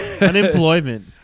Unemployment